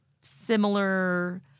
similar